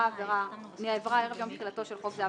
(ה)נעברה ערב יום תחילתו של חוק זה,